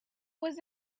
was